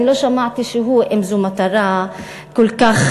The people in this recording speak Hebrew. אם זו מטרה כל כך